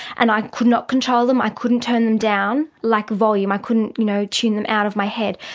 and i could not control them, i couldn't turn them down, like volume, i couldn't you know tune them out of my head.